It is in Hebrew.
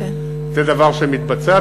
זה דבר שמתבצע.